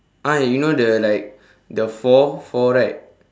!huh! you know the like the four four right